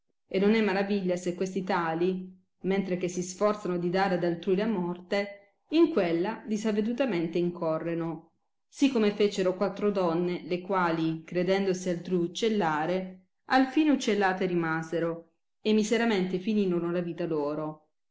e non è maraviglia se questi tali mentre che si sforzano di dare ad altrui la morte in quella disavedutamente incorreno si come fecero quattro donne le quali credendosi altrui uccellare al fine uccellate rimasero e miseramente finirono la vita loro